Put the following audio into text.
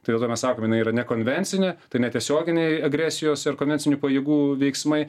tai dėl to mes sakome jinai yra nekonvencinė tai netiesioginiai agresijos ir konvencinių pajėgų veiksmai